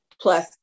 plus